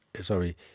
sorry